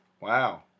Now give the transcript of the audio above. Wow